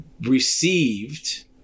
received